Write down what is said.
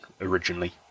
originally